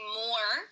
more